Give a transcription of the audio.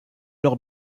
laure